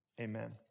amen